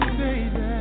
baby